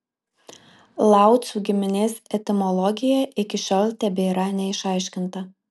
laucių giminės etimologija iki šiol tebėra neišaiškinta